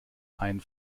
einen